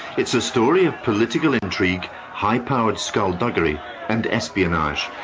it's a story of political intrigue, high powered skulduggery and espionage,